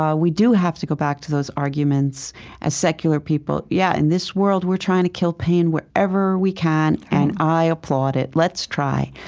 ah we do have to go back to those arguments as secular people. yeah, in this world, we're trying to kill pain wherever we can, and i applaud it right let's try.